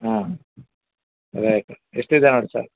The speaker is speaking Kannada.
ಹಾಂ ರೇಟು ಎಷ್ಟಿದೆ ನೋಡಿ ಸರ್